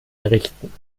errichten